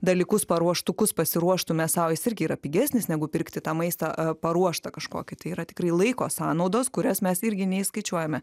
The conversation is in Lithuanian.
dalykus paruoštukus pasiruoštume sau jis irgi yra pigesnis negu pirkti tą maistą paruoštą kažkokį tai yra tikrai laiko sąnaudos kurias mes irgi neįskaičiuojame